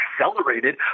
accelerated